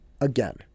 again